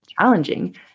challenging